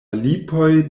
lipoj